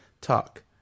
talk